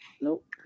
nope